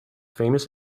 famous